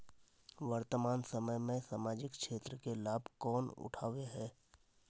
वर्तमान समय में सामाजिक क्षेत्र के लाभ कौन उठावे है?